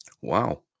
Wow